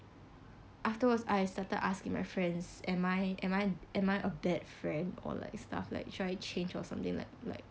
afterwards I started asking my friends am I am I am I a bad friend or like stuff like should I change or something like like